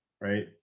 right